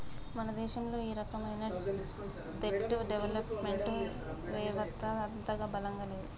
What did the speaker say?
మన దేశంలో ఈ రకమైన దెబ్ట్ డెవలప్ మెంట్ వెవత్త అంతగా బలంగా లేదు